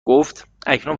گفتاکنون